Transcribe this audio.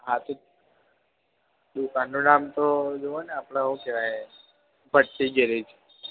હા તે દુકાનનું નામ તો જુઓ ને આપણે શું કહેવાય ભટ્ટી ગેરેજ